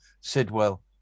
Sidwell